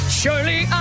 surely